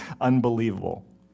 Unbelievable